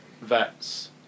Vets